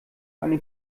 eine